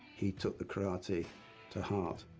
he took the karate to heart.